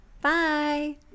Bye